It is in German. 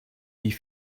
wie